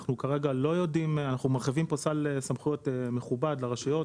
אנחנו מרחיבים פה סל סמכויות מכובד לרשויות,